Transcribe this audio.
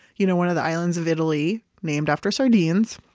you know one of the islands of italy named after sardines.